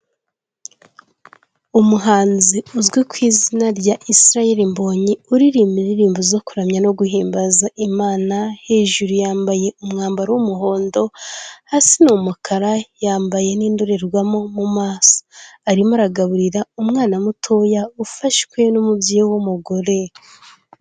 Umuhanzi uzwi ku izina rya Israel Mbonyi uririmba indirimbo zo kuramya no guhimbaza Imana, hejuru yambaye umwambaro w'umuhondo hasi ni umukara yambaye n'indorerwamo mu maso, arimo aragaburira umwana mutoya ufashwe n'umubyeyi w'umugore.